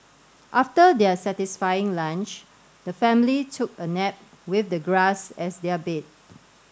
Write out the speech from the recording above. after their satisfying lunch the family took a nap with the grass as their bed